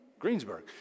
Greensburg